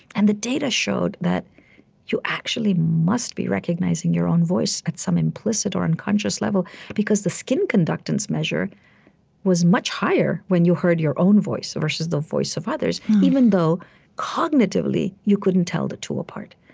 and the data showed that you actually must be recognizing your own voice at some implicit or unconscious level because the skin conductance measure was much higher when you heard your own voice versus the voice of others. even though cognitively you couldn't tell the two apart.